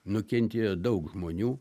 nukentėjo daug žmonių